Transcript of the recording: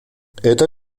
это